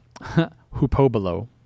hupobolo